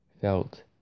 felt